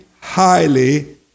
highly